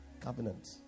Covenant